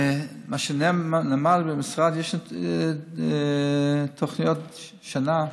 מה שנאמר לי במשרד הוא שיש תוכניות של שנה,